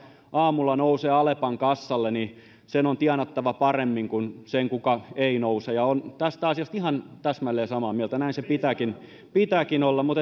joka aamulla nousee alepan kassalle on tienattava paremmin kuin sen kuka ei nouse ja olen tästä asiasta ihan täsmälleen samaa mieltä näin sen pitääkin pitääkin olla mutta